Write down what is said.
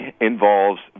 involves